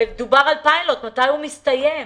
ודובר על פיילוט מתי הוא מסתיים?